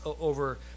over